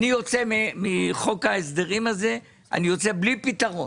אני יוצא מחוק ההסדרים הזה, אני יוצא בלי פתרון.